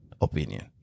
opinion